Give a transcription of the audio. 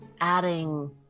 adding